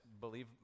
believe